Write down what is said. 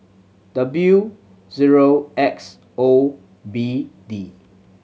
W zero X O B D